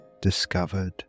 discovered